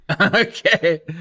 Okay